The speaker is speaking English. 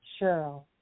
Cheryl